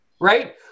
right